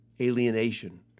alienation